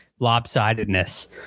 lopsidedness